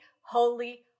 holy